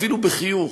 אפילו בחיוך,